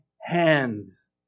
hands